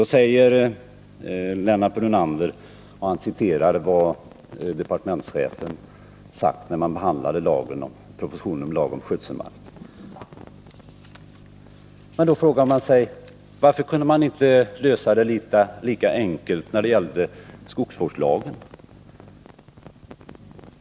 Då citerar Lennart Brunander vad departementschefen sagt i propositionen om skötsel av jordbruksmark. Men varför kunde man inte lösa det lika enkelt när det gällde skogsvårdslagen?